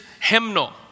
hymnal